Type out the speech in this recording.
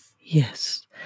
Yes